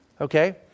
okay